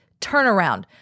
turnaround